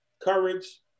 courage